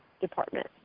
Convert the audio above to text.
department